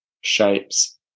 shapes